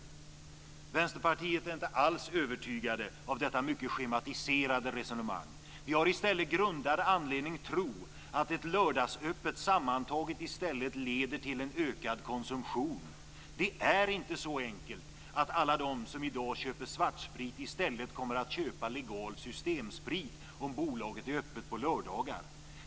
Vi i Vänsterpartiet är inte alls övertygade av detta mycket schematiserade resonemang. Vi har i stället grundad anledning att tro att ett lördagsöppet sammantaget i stället leder till en ökad konsumtion. Det är inte så enkelt att alla de som i dag köper svartsprit i stället kommer att köpa legal systemsprit om bolaget är öppet på lördagar.